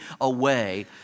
away